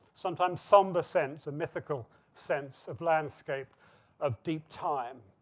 sometimes sombre sense, a mythical sense of landscape of deep time.